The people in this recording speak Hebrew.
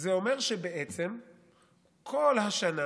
זה אומר שבעצם כל השנה